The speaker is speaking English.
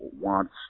wants